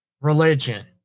religion